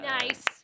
Nice